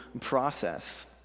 process